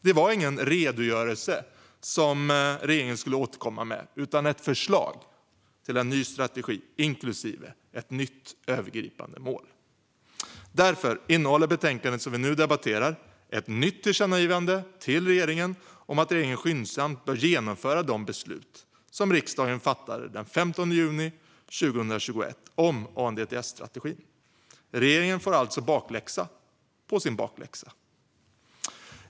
Det var ingen redogörelse som regeringen skulle återkomma med utan ett förslag till en ny strategi inklusive ett nytt övergripande mål. Därför innehåller betänkandet som vi nu debatterar ett förslag till ett nytt tillkännagivande till regeringen om att regeringen skyndsamt bör genomföra de beslut som riksdagen fattade den 15 juni 2021 om ANDTS-strategin. Regeringen får alltså bakläxa på sin bakläxa.